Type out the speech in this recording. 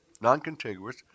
non-contiguous